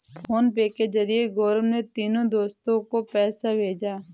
PhonePe के जरिए गौरव ने तीनों दोस्तो को पैसा भेजा है